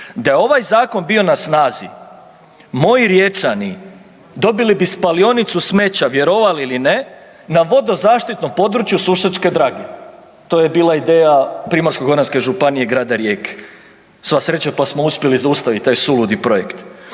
Da je ovaj Zakon bio na snazi, moji Riječani dobili bi spalionicu smeća, vjerovali ili ne, na vodozaštitnom području Sušačke Drage. To je bila ideja Primorsko-goranske županije i grada Rijeke. Sva sreća pa smo uspjeli zaustaviti taj suludi projekt.